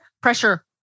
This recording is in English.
pressure